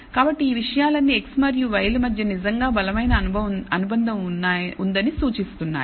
కాబట్టి ఈ విషయాలన్నీ x మరియు y ల మధ్య నిజంగా బలమైన అనుబంధం ఉందని సూచిస్తున్నాయి